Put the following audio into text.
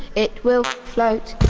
it will float!